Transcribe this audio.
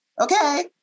Okay